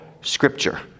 scripture